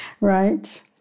right